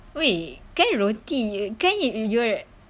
wait kan roti kan you're